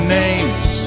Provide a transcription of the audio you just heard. names